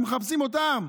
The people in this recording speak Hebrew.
הם מחפשים אותם,